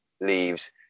leaves